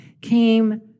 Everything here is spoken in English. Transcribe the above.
came